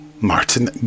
Martin